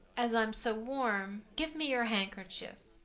as i'm so warm give me your handkerchief.